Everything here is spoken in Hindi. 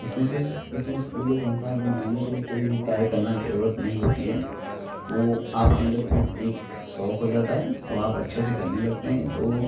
उसमें फ़िर किसी इस्कूल ओ संस्थान को मनाने के लिए कोई भी कार्य करना ज़रुरत नहीं होती है वह आपके अंदर खुद एक शौक हो जाता है औ आप अच्छे से करने लगते हैं तो